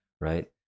right